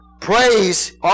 Praise